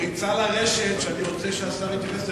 פריצה לרשת שאני רוצה שהשר יתייחס אליה: